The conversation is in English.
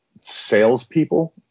salespeople